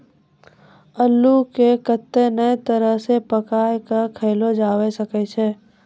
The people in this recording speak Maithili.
अल्लू के कत्ते नै तरह से पकाय कय खायलो जावै सकै छै